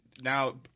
now